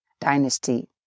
dynasty